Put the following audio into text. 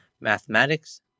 mathematics